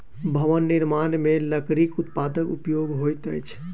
भवन निर्माण मे लकड़ीक उत्पादक उपयोग होइत अछि